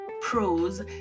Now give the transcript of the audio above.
pros